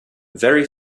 very